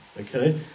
Okay